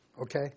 okay